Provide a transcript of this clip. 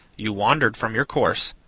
you wandered from your course.